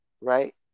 Right